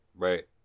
Right